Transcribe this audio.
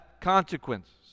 consequences